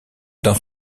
dans